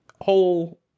whole